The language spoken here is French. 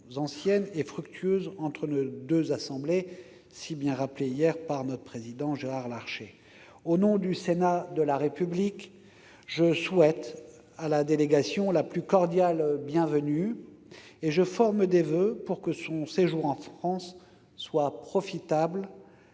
anciennes et fructueuses entre nos deux assemblées, si bien rappelées hier par le président Gérard Larcher. Au nom du Sénat de la République, je souhaite à la délégation la plus cordiale bienvenue et je forme des voeux pour que son séjour en France soit profitable